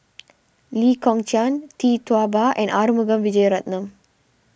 Lee Kong Chian Tee Tua Ba and Arumugam Vijiaratnam